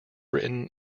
britain